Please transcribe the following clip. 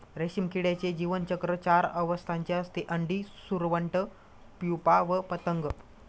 रेशीम किड्याचे जीवनचक्र चार अवस्थांचे असते, अंडी, सुरवंट, प्युपा व पतंग